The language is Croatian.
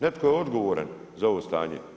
Netko je odgovoran za ovo stanje.